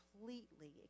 completely